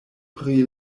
pri